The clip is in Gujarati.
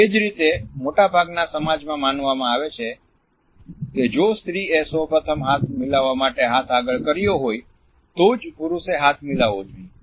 એ જ રીતે મોટાભાગના સમાજમાં માનવામાં આવે છે કે જો સ્ત્રી એ સૌપ્રથમ હાથ મિલાવવા માટે હાથ આગળ કર્યો હોય તો જ પુરુષ એ હાથ મિલાવવો જોઈએ